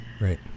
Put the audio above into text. Right